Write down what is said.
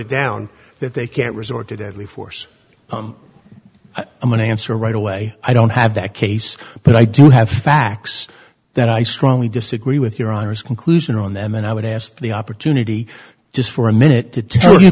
it down that they can't resort to deadly force hum i'm going to answer right away i don't have that case but i do have facts that i strongly disagree with your honor's conclusion on them and i would ask for the opportunity just for a minute to tell you